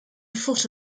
foot